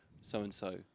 so-and-so